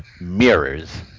mirrors